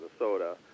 Minnesota